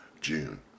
June